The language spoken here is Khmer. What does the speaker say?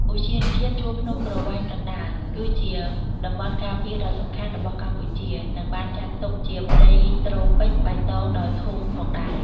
ឧទ្យានជាតិជួរភ្នំក្រវាញកណ្តាល គឺជាតំបន់ការពារដ៏សំខាន់របស់កម្ពុជា និងបានចាត់ទុកជាព្រៃត្រូពិចបៃតងដ៏ធំផងដែរ។